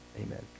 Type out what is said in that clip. Amen